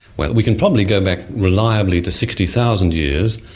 well, we can probably go back reliably to sixty thousand years.